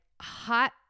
hot